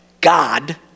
God